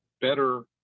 better